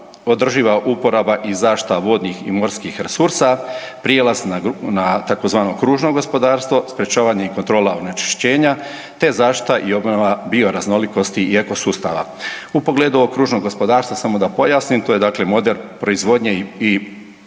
održiva uporaba i zaštita vodnih i morskih resursa, prijelaz na tzv. kružno gospodarstvo, sprečavanje i kontrola onečišćenja te zaštita i obnova bioraznolikosti i ekosustava. U pogledu ovog kružnog gospodarstva samo da pojasnim, to je model proizvodnje i potrošnje